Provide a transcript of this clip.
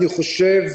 אני חושב,